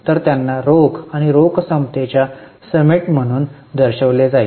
तर त्यांना रोख आणि रोख समतेमध्ये समेट म्हणून दर्शविले जाईल